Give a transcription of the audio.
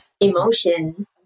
emotion